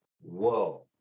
whoa